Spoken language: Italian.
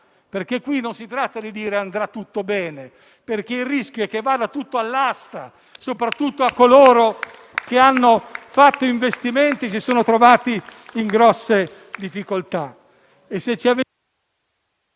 Qui non si tratta di dire «andrà tutto bene» perché il rischio è che vada tutto all'asta, soprattutto per coloro che hanno fatto investimenti e si sono trovati in grosse difficoltà.